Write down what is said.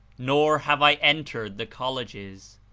nor have i entered the colleges.